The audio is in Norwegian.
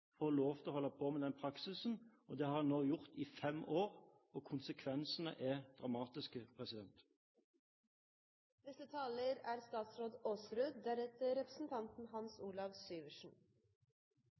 få lov til å holde på med den praksisen. Det har de nå gjort i fem år, og konsekvensene er dramatiske.